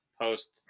post